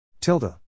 Tilda